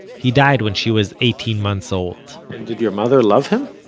he died when she was eighteen months old and did your mother love him?